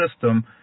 system